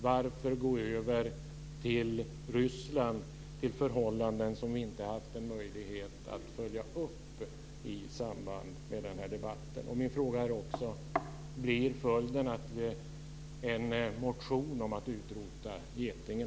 Varför gå över till Ryssland, till förhållanden som vi inte har haft någon möjlighet att följa upp i samband med den här debatten? Min fråga är också: Blir följden en motion om att utrota getingen?